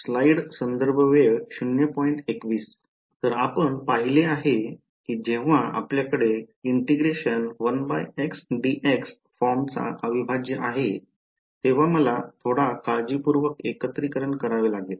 तर आपण पाहिले आहे की जेव्हा आपल्याकडे फॉर्मचा अविभाज्य आहे तेव्हा मला थोडा काळजीपूर्वक एकत्रीकरण करावे लागेल